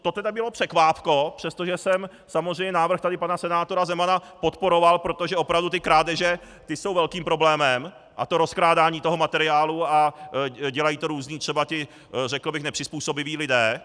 To teda bylo překvápko, přestože jsem tady návrh pana senátora Zemana podporoval, protože opravdu ty krádeže, ty jsou velkým problémem, a to rozkrádání toho materiálu a dělají to různí, třeba ti, řekl bych, nepřizpůsobiví lidé.